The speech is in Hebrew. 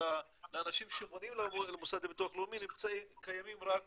לאנשים שפונים למוסד לביטוח הלאומי קיימים רק